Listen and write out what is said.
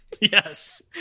Yes